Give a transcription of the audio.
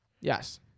yes